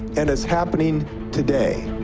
and it's happening today.